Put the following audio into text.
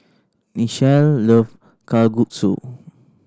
Nichelle love Kalguksu